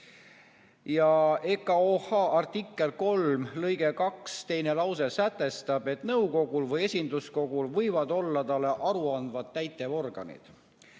EKOH artikli 3 lõike 2 teine lause sätestab, et nõukogul või esinduskogul võivad olla talle aru andvad täitevorganid.